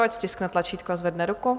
Ať stiskne tlačítko a zvedne ruku.